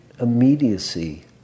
immediacy